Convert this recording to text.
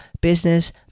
Business